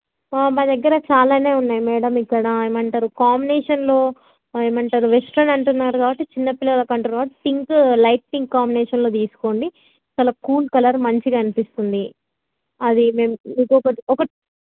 మా దగ్గర చాలానే ఉన్నాయి మేడం ఇక్కడ ఏమంటారు కాంబినేషన్లో ఏమంటారు వెస్ట్రన్ అంటున్నారు కాబట్టి చిన్నపిల్లలకు అంటున్నారు కాబట్టి పింక్ లైట్ పింక్ కాంబినేషన్లో తీసుకోండి చాలా కూల్ కలర్ మంచిగా అనిపిస్తుంది అది మేము ఇంకొకటి ఒకటి